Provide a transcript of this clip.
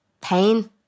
pain